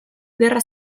gerra